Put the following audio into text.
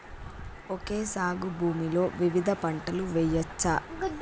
Okay సాగు భూమిలో వివిధ పంటలు వెయ్యచ్చా?